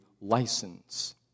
license